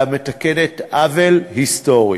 המתקנת עוול היסטורי.